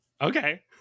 Okay